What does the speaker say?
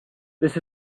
this